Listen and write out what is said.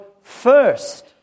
first